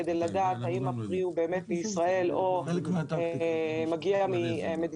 כדי שיוכלו לדעת האם הפרי הוא באמת מישראל או שהוא מגיע מבחוץ.